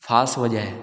फास वॼाए